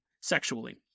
sexually